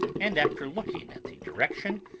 and, after looking at the direction,